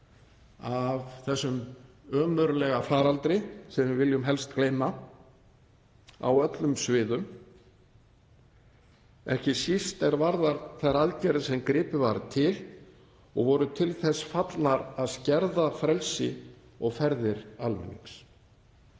af þessum ömurlega faraldri sem við viljum helst gleyma á öllum sviðum, ekki síst er varðar þær aðgerðir sem gripið var til og voru til þess fallnar að skerða frelsi og ferðir almennings.